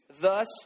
thus